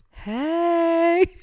Hey